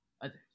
others